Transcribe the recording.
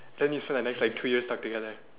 then you spend like the next like two years stuck together